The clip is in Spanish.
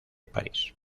parís